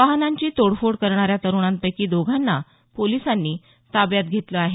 वाहनांची तोडफोड करणाऱ्या तरुणांपैकी दोघांना पोलिसांनी ताब्यात घेतलं आहे